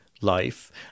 life